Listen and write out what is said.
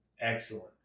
excellent